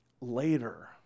later